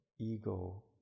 ego